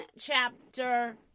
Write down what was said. chapter